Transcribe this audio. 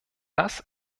das